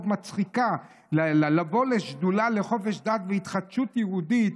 מצחיקה לבוא לשדולה לחופש דת והתחדשות יהודית.